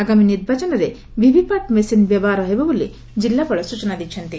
ଆଗାମୀ ନିର୍ବାଚନରେ VVPAT machine ବ୍ୟବହାର ହେବବୋଲି ଜିଲ୍ଲାପାଳ ସ୍ଚନା ଦେଇଛନ୍ତି